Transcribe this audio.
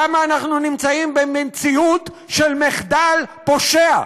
כמה אנחנו נמצאים במציאות של מחדל פושע.